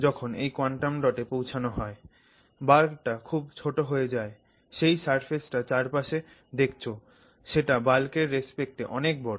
যখন এই কোয়ান্টাম ডটে পৌঁছানো হয় বাল্কটা খুব ছোট হয়ে যায় যেই সারফেসটা চারপাশে দেখছ সেটা বাল্কের রেস্পেক্টে অনেক বড়